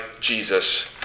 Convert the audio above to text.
Jesus